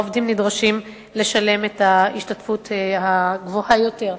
העובדים נדרשים לשלם את ההשתתפות הגבוהה יותר.